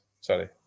Sorry